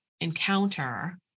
Encounter